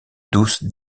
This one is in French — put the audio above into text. douce